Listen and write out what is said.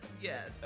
Yes